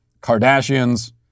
Kardashians